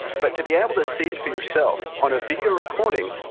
but to be able to see it for yourself on a video recording,